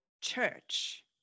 church